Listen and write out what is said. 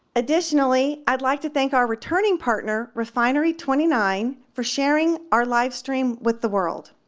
additionally i'd like to thank our returning partner refinely twenty nine for sharing our live stream with the world.